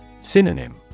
Synonym